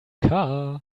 car